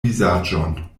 vizaĝon